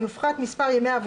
פה הוא יקבל 70% על שלושה ימים,